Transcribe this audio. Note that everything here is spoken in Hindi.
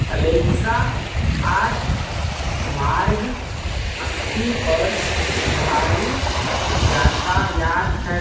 एलेक्सा आज मार्ग अस्सी पर भारी यातायात है